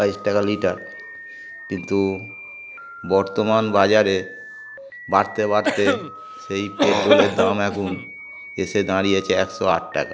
বাইশ টাকা লিটার কিন্তু বর্তমান বাজারে বাড়তে বাড়তে সেই পেট্রোলের দাম এখন এসে দাঁড়িয়েছে একশো আট টাকা